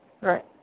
Right